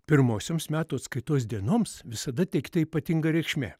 pirmosioms metų atskaitos dienoms visada teikta ypatinga reikšmė